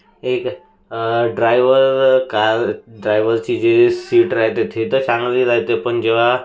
एक ड्रायव्हर का ड्रायव्हरची जी सीट रहाते थे तर चांगली रहाते पण जेव्हा